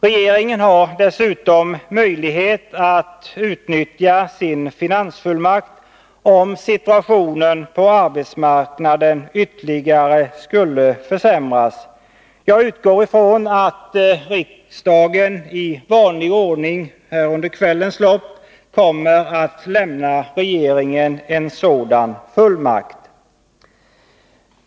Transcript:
Regeringen har dessutom möjlighet att utnyttja sin finansfullmakt om situationen på arbetsmarknaden ytterligare skulle försämras. Jag utgår från att riksdagen under kvällens lopp kommer att lämna regeringen en sådan fullmakt.